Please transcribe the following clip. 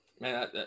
Man